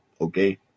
okay